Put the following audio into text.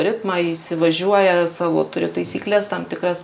ritmą įsivažiuoja savo turi taisykles tam tikras